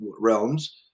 realms